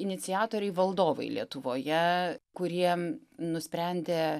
iniciatoriai valdovai lietuvoje kurie nusprendė